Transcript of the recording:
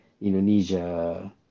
Indonesia